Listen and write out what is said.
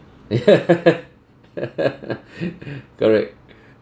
ya correct